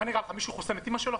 מה נראה לך, שמישהו חוסם את אמא שלו?